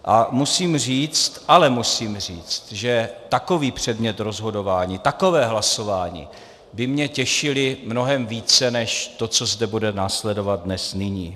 Ale musím říct, musím říct, že takový předmět rozhodování, takové hlasování, by mě těšily mnohem více než to, co zde bude následovat dnes nyní.